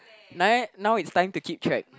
now now it's time to keep track